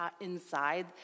inside